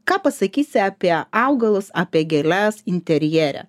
ką pasakysi apie augalus apie gėles interjere